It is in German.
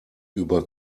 über